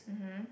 mmhmm